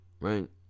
Right